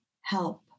help